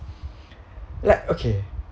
like okay